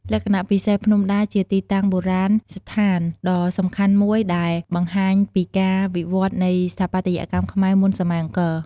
លក្ខណៈពិសេស ភ្នំដាជាទីតាំងបុរាណដ្ឋានដ៏សំខាន់មួយដែលបង្ហាញពីការវិវឌ្ឍន៍នៃស្ថាបត្យកម្មខ្មែរមុនសម័យអង្គរ។